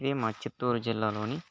ఇదే మా చిత్తూరు జిల్లాలోని